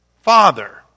Father